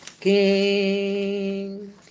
king